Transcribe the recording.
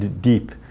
deep